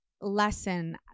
lesson